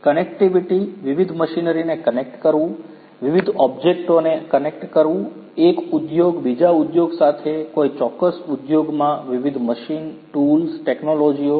connectivity વિવિધ મશીનરીને connect કરવું વિવિધ ઓબ્જેક્ટોને કનેક્ટ કરવું એક ઉદ્યોગ બીજા ઉદ્યોગ સાથે કોઈ ચોક્કસ ઉદ્યોગમાં વિવિધ મશીન ટૂલ્સ ટેકનોલોજીઓ